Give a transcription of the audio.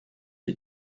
you